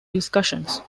discussions